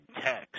text